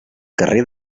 carrer